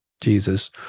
Jesus